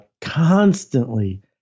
constantly